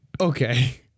Okay